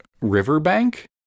riverbank